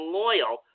loyal